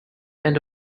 end